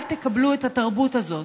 אל תקבלו את התרבות הזאת.